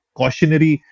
cautionary